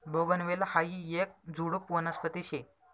बोगनवेल हायी येक झुडुप वनस्पती शे